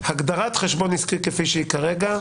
הגדרת חשבון עסקי כפי שהיא כרגע,